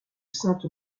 sainte